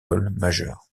majeur